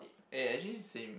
eh actually same